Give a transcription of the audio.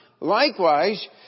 Likewise